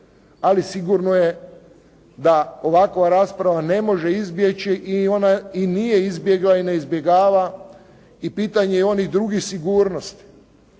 Ali sigurno je da ovakova rasprava ne može izbjeći i ona, i nije izbjegla i ne izbjegava i pitanje onih drugih sigurnosti.